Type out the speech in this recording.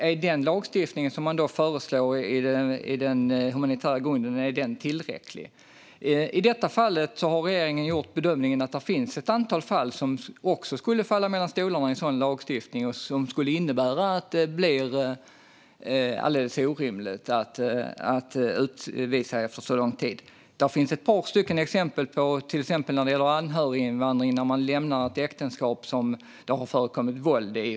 Är den lagstiftning som man då föreslår för den humanitära grunden tillräcklig? I detta fall har regeringen gjort bedömningen att det finns ett antal fall som skulle falla mellan stolarna med en sådan lagstiftning och som det skulle bli alldeles orimligt att utvisa efter så lång tid. Det finns exempel när det gäller anhöriginvandring, till exempel om man lämnat ett äktenskap där det har förekommit våld.